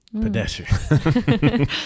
Pedestrian